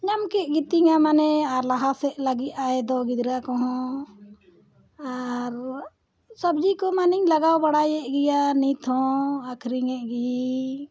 ᱧᱟᱢ ᱠᱮᱫ ᱜᱤᱛᱤᱧᱟ ᱢᱟᱱᱮ ᱟᱨ ᱞᱟᱦᱟ ᱥᱮᱫ ᱞᱟᱹᱜᱤᱫ ᱟᱭ ᱫᱚ ᱜᱤᱫᱽᱨᱟᱹ ᱠᱚᱦᱚᱸ ᱟᱨ ᱥᱚᱵᱽᱡᱤ ᱠᱚ ᱢᱟᱱᱮᱧ ᱞᱟᱜᱟᱣ ᱵᱟᱲᱟᱭᱮᱫ ᱜᱮᱭᱟ ᱱᱤᱛ ᱦᱚᱸ ᱟᱠᱷᱟᱨᱤᱧᱮᱫ ᱜᱤᱭᱟᱹᱧ